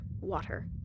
water